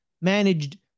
managed